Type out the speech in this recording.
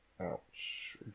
Ouch